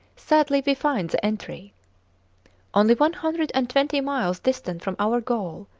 sadly we find the entry only one hundred and twenty miles distant from our goal,